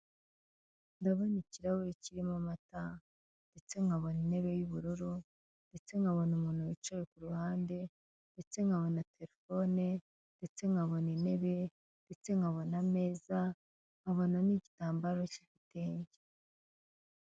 Ndabona ikirahuri kirimo amata ndetse nkabona intebe y'ubururu ndetse nkabona umuntu wicaye ku ruhande ndetse nkabona telefone ndetse nkabona intebe ndetse nkabona ameza nkabona n'igitambaro k'ibitenge.